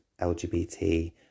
LGBT